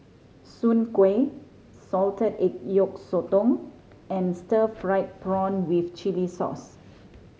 soon kway salted egg yolk sotong and stir fried prawn with chili sauce